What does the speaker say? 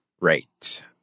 Right